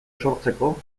sortzeko